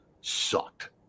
sucked